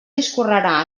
discorrerà